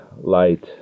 light